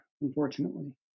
unfortunately